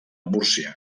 múrcia